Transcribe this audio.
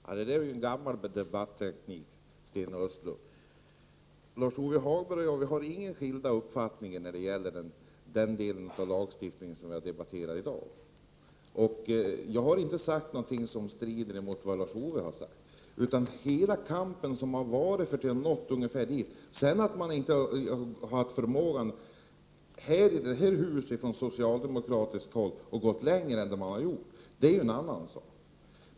Herr talman! Det är en gammal debatteknik, Sten Östlund. Lars-Ove Hagberg och jag har inga skilda uppfattningar när det gäller den del av lagstiftningen som vi i dag debatterar. Jag har inte sagt något som strider emot vad Lars-Ove Hagberg har sagt. Det har varit en kamp för att nå dit vi har nått i dag. Att man sedan från socialdemokratiskt håll i det här huset inte har haft förmågan att gå längre än man har gjort är en annan sak.